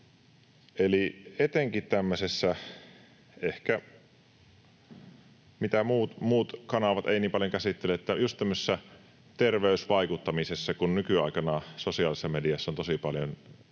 Eli etenkin tämmöisessä, mitä ehkä muut kanavat eivät niin paljon käsittele, just tämmöisessä terveysvaikuttamisessa — kun nykyaikana sosiaalisessa mediassa on tosi paljon